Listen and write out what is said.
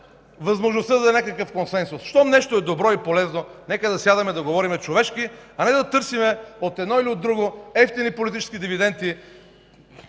възможност за някакъв консенсус. Щом нещо е добро и полезно, нека да сядаме и да говорим човешки, а не да търсим от едно или друго евтини политически дивиденти